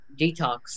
detox